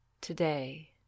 Today